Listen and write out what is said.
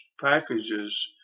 packages